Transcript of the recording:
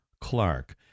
Clark